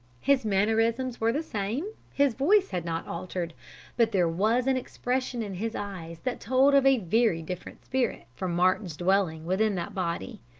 his mannerisms were the same, his voice had not altered but there was an expression in his eyes that told of a very different spirit from martin's dwelling within that body.